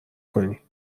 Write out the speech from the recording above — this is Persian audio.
کنی